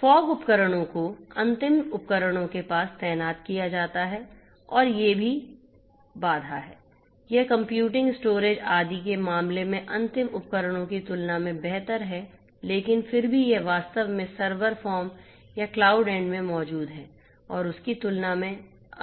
fog उपकरणों को अंतिम उपकरणों के पास तैनात किया जाता है और ये भी बाधा हैं यह कंप्यूटिंग स्टोरेज आदि के मामले में अंतिम उपकरणों की तुलना में बेहतर है लेकिन फिर भी यह वास्तव में सर्वर फॉर्म या क्लाउड एंड में मौजूद है और उसकी तुलना में अधिक बाधा है